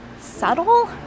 subtle